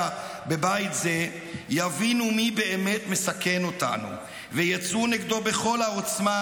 בבית זה יבינו מי באמת מסכן אותנו ויצאו נגדו בכל העוצמה,